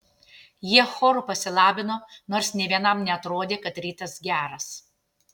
jie choru pasilabino nors nė vienam neatrodė kad rytas geras